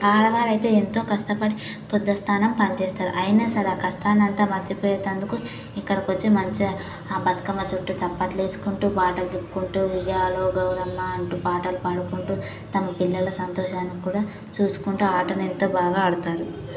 ఆడవారు అయితే ఎంతో కష్టపడి పొద్దస్థానం పనిచేస్తారు అయినా సరే కష్టాన్ని అంతా మర్చి పోయేటందుకు ఇక్కడికి వచ్చి మంచిగా ఆ బతుకమ్మ చుట్టూ చప్పట్లు వేసుకుంటూ పాటలు పాడుకుంటూ ఉయ్యాలో గౌరమ్మ అంటూ పాటలు పాడుకుంటూ తమ పిల్లల్ని సంతోషానికి కూడా చూసుకుంటూ ఆటలు ఎంతో బాగా ఆడుతారు